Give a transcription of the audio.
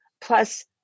plus